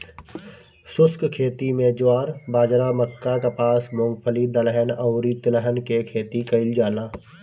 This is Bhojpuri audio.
शुष्क खेती में ज्वार, बाजरा, मक्का, कपास, मूंगफली, दलहन अउरी तिलहन के खेती कईल जाला